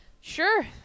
Sure